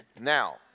now